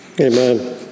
Amen